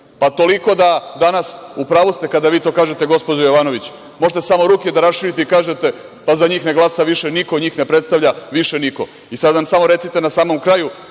toliko da i upravu ste kada kažete gospođo Jovanović, možete samo ruke da raširite i kažete – pa za njih ne glasa više niko, njih ne predstavlja više niko. Sada nam samo recite na samom kraju,